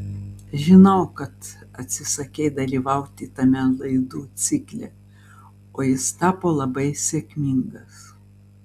žinau kad atsisakei dalyvauti tame laidų cikle o jis tapo labai sėkmingas